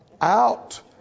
Out